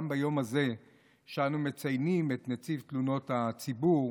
גם ביום הזה שאנו מציינים את נציב תלונות הציבור,